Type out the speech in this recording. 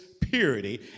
purity